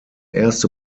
erste